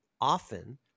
often